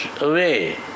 away